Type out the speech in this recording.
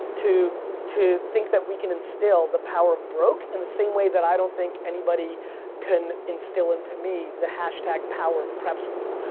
to to think that we can instill the power of broke in the same way that i don't think anybody can instill into me the hashtag of power of prep school,